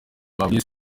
babwiye